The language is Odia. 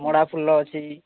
ମଡ଼ା ଫୁଲ ଅଛି